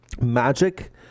magic